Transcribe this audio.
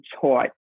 taught